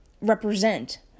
Represent